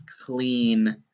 clean